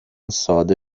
ساده